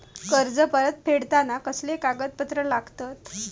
कर्ज परत फेडताना कसले कागदपत्र लागतत?